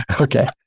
Okay